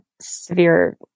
severe